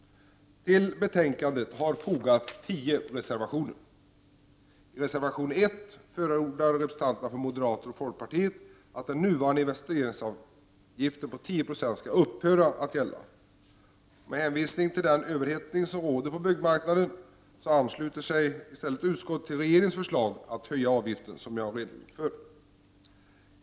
Till betänkandet har fogats tio reservationer. I reservation 1 förordar representanterna för moderaterna och folkpartiet att den nuvarande investeringsavgiften på 10 90 skall upphöra att gälla. Med hänvisning till den överhettning som råder på byggmarknaden ansluter sig i stället utskottet till regeringens förslag att höja avgiften.